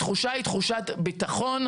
התחושה היא תחושת ביטחון.